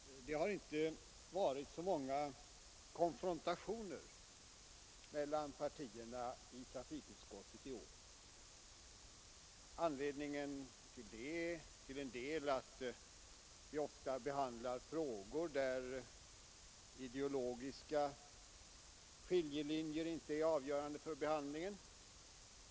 Herr talman! I trafikutskottet har det i år inte varit så många konfrontationer mellan partierna. Anledningen till detta är till en del att vi ofta behandlar frågor där ideologiska skiljelinjer inte är avgörande för behandlingen.